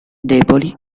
deboli